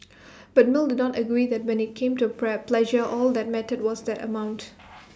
but mill did not agree that when IT came to pleasure all that mattered was the amount